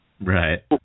Right